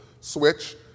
switch